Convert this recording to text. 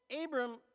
Abram